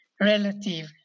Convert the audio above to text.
relative